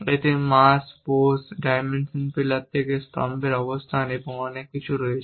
এতে মাস পোজ ডাইমেনশন পিলার থেকে স্তম্ভের অবস্থান এবং অনেক কিছু রয়েছে